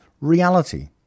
reality